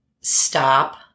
Stop